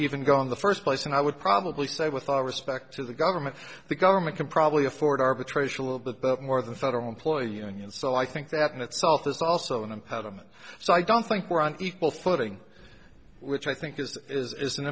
even go in the first place and i would probably say with all respect to the government the government can probably afford arbitration a little bit more than federal employee union so i think that in itself is also an impediment so i don't think we're on equal footing which i think is is